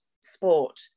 sport